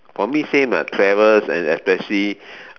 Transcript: for me same ah travels and especially